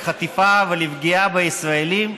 לחטיפה ולפגיעה בישראלים?